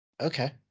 okay